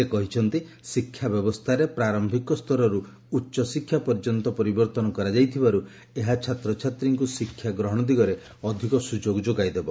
ସେ କହିଛନ୍ତି ଶିକ୍ଷା ବ୍ୟବସ୍ଥାରେ ପ୍ରାରମ୍ଭକ ସ୍ତରରୁ ଉଚ୍ଚଶିକ୍ଷା ପର୍ଯ୍ୟନ୍ତ ପରିବର୍ତ୍ତନ କରାଯାଇଥିବାରୁ ଏହା ଛାତ୍ରଛାତ୍ରୀଙ୍କୁ ଶିକ୍ଷା ଗ୍ରହଣ ଦିଗରେ ଅଧିକ ସୁଯୋଗ ଯୋଗାଇ ଦେବ